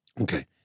Okay